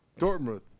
Dortmund